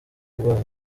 kurwara